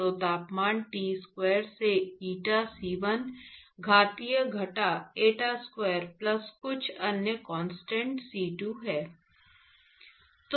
तो तापमान T 0 से eta C1 घातीय घटा एटा स्क्वायर प्लस कुछ अन्य कांस्टेंट C2 है